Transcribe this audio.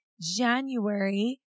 January